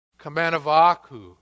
Kamanavaku